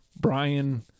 Brian